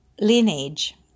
lineage